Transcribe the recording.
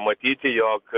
matyti jog